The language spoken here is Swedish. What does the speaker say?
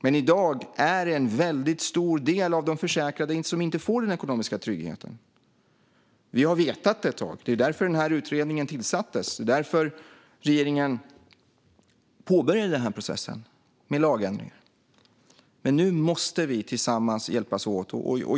Men i dag är det en stor del av de försäkrade som inte får den ekonomiska tryggheten, och vi har vetat det ett tag. Det var därför utredningen tillsattes, och det var därför regeringen påbörjade processen med lagändringar. Nu måste vi tillsammans hjälpas åt.